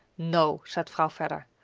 no, said vrouw vedder.